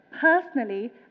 personally